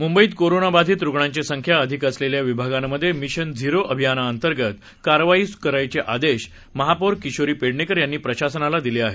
मुंबईत कोरोनाबाधित रुग्णांची संख्या अधिक असलेल्या विभागांमध्ये मिशन झीरो अभियानाअंतर्गत कार्यवाही सुरू करायचे निर्देश महापौर किशोरी पेडणेकर यांनी प्रशासनाला दिले आहेत